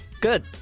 Good